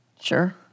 Sure